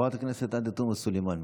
חברת הכנסת עאידה תומא סלימאן,